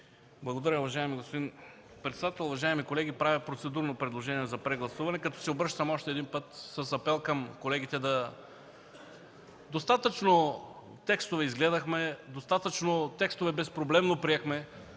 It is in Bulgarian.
Благодаря. Уважаеми господин председател, уважаеми колеги! Правя процедурно предложение за прегласуване като се обръщам още един път с апел към колегите. Достатъчно текстове изгледахме, достатъчно текстове безпроблемно приехме.